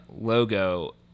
logo